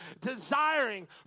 desiring